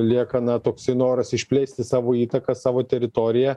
lieka na toksai noras išplėsti savo įtaką savo teritoriją